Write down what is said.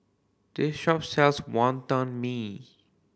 this shop sells Wonton Mee